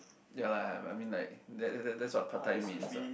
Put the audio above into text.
ya lah I mean like that that that's what part time means what